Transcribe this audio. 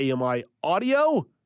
AMI-audio